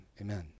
Amen